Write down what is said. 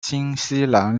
新西兰